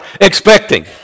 expecting